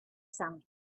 sand